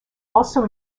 also